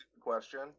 question